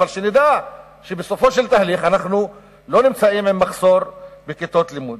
אבל שנדע שבסופו של תהליך אין לנו מחסור בכיתות לימוד.